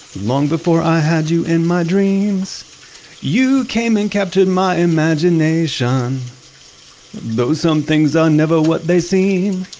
long before i had you in my dreams you came and captured my imagination though some things are never what they seem